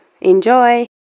Enjoy